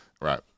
Right